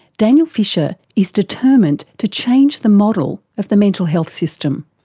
daniel fisher is determined to change the model of the mental health system.